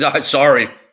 Sorry